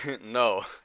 No